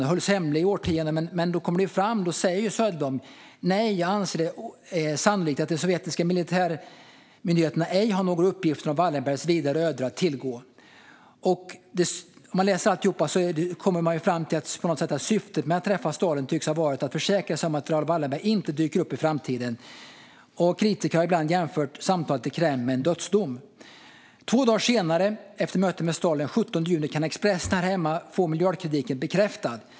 Den hölls hemlig i årtionden, men Söderblom säger: Nej, jag anser det sannolikt att de sovjetiska militärmyndigheterna ej har några vidare uppgifter om Wallenbergs vidare öden att tillgå. Läser man alltihop tycks syftet med att träffa Stalin ha varit att försäkra sig om att Raoul Wallenberg inte dyker upp i framtiden. Kritiker har ibland jämfört samtalet i Kreml med en dödsdom. Två dagar senare, den 17 juni, kan Expressen här hemma få miljardkrediten bekräftad.